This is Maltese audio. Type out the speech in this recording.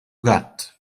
gatt